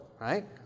right